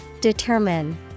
Determine